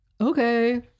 okay